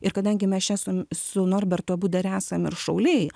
ir kadangi mes čia su su norbertu abu dar esam ir šauliai